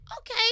Okay